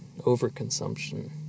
overconsumption